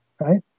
right